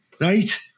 right